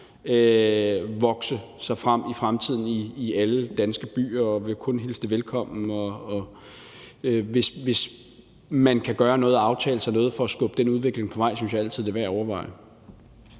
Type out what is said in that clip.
vokse frem i fremtiden i alle danske byer, og jeg vil kun hilse det velkommen. Hvis man kan gøre noget og aftale sådan noget for at skubbe den udvikling på vej, synes jeg altid det er værd at overveje.